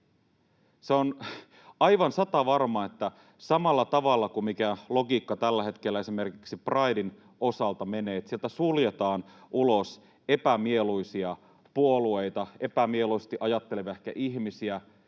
Se on aivan satavarmaa, että tämä sama logiikka kuin mikä logiikka tällä hetkellä esimerkiksi Priden osalta menee — sieltä suljetaan ulos epämieluisia puolueita, ehkä epämieluisasti ajattelevia ihmisiä